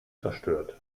zerstört